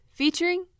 featuring